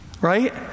right